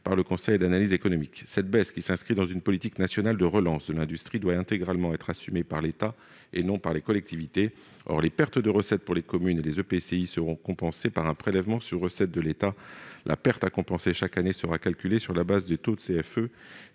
par le Conseil d'analyse économique, le CAE. Cette baisse, qui s'inscrit dans une politique nationale de relance de l'industrie, doit être intégralement assumée par l'État, et non par les collectivités. Les pertes de recettes pour les communes et les EPCI seront compensées par un prélèvement sur recettes de l'État. La perte à compenser chaque année sera calculée sur la base des taux de CFE